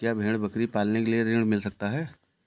क्या भेड़ बकरी पालने के लिए ऋण मिल सकता है?